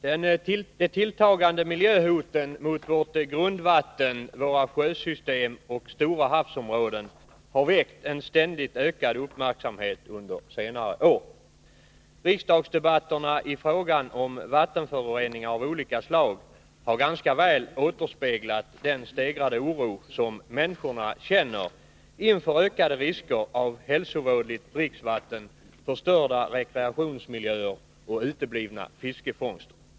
Herr talman! De tilltagande miljöhoten mot vårt grundvatten, våra sjösystem och stora havsområden har väckt en ständigt ökad uppmärksamhet under senare år. Riksdagsdebatterna i frågan om vattenföroreningar av olika slag har ganska väl återspeglat den stegrade oro som människorna känner inför ökade risker av hälsovådligt dricksvatten, förstörda rekreationsmiljöer och uteblivna fiskefångster.